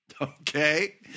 Okay